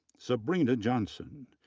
sabrina johnson,